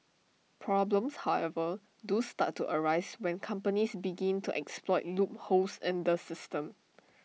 problems however do start to arise when companies begin to exploit loopholes in the system